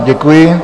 Děkuji.